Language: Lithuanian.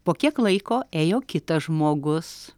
po kiek laiko ėjo kitas žmogus